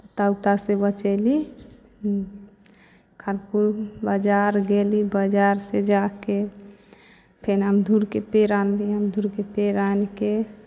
कुत्ता उत्तासँ बचयली खानपुर बाजार गेली बाजारसँ जा कऽ फेन अमदुरके पेड़ आनली अमदुरके पेड़ आनि कऽ